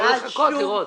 שצריך לחכות ולראות.